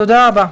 תודה רבה.